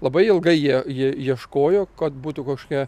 labai ilgai jie jie ieškojo kad būtų kožkia